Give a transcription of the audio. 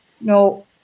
no